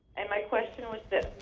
and my question is this.